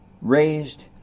raised